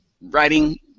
writing